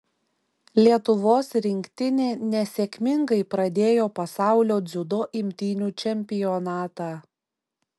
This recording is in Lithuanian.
lietuvos rinktinė nesėkmingai pradėjo pasaulio dziudo imtynių čempionatą